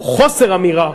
או חוסר אמירה,